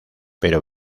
pero